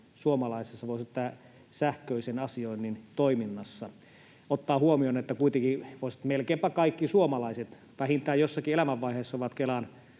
suomalaisessa, voisi sanoa, sähköisen asioinnin toiminnassa. Ottaen huomioon, että kuitenkin, voisi sanoa, melkeinpä kaikki suomalaiset vähintään jossakin elämänvaiheessa ovat Kelan